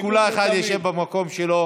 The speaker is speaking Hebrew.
אז כל אחד ישב במקום שלו